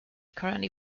currently